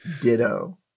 ditto